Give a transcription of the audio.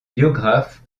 biographes